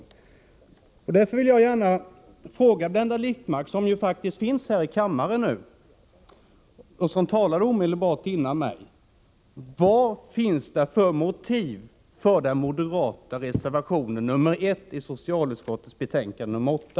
Jag vill därför gärna fråga Blenda Littmarck, som nu finns här i kammaren och som talade omedelbart före mig: Vad finns det för motiv för den moderata reservationen nr 1 till socialutskottets betänkande nr 8?